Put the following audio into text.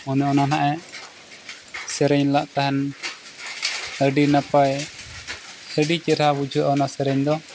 ᱚᱱᱮ ᱚᱱᱟ ᱱᱟᱜ ᱮ ᱥᱮᱨᱮᱧ ᱞᱮᱫ ᱛᱟᱦᱮᱸᱫ ᱟᱹᱰᱤ ᱱᱟᱯᱟᱭ ᱟᱹᱰᱤ ᱪᱮᱦᱨᱟ ᱵᱩᱡᱷᱟᱹᱜᱼᱟ ᱚᱱᱟ ᱥᱮᱨᱮᱧ ᱫᱚ